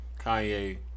Kanye